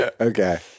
Okay